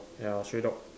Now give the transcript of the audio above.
ya stray dog